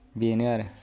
बेनो आरो